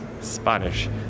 Spanish